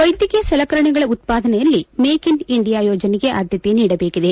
ವೈದ್ಯಕೀಯ ಸಲಕರಣೆಗಳ ಉತ್ಪಾದನೆಯಲ್ಲಿ ಮೇಕ್ ಇನ್ ಇಂಡಿಯಾ ಯೋಜನೆಗೆ ಆದ್ಯತೆ ನೀಡಬೇಕಿದೆ